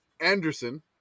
Anderson